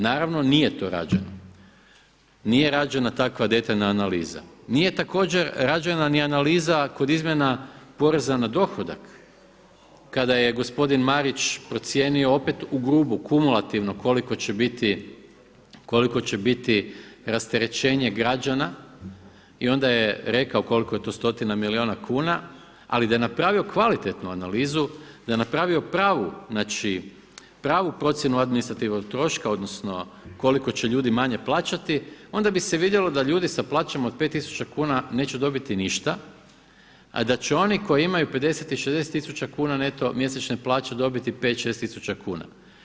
Naravno, nije to rađeno, nije rađena takva detaljna analiza, nije također rađena ni analiza kod izmjena poreza na dohodak kada je gospodin Marić procijenio opet u grubu kumulativno koliko će biti rasterećenje građana i onda je rekao koliko je to stotina milijuna kuna, ali da je napravio kvalitetnu analizu, da je napravio pravu procjenu administrativnog troška odnosno koliko će ljudi manje plaćati onda bi se vidjelo da ljudi sa plaćama od pet tisuća kuna neće dobiti ništa, a da će oni koji imaju 50 i 60 tisuća kuna neto mjesečne plaće dobiti pet, šest tisuća kuna.